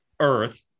earth